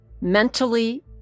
mentally